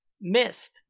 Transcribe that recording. missed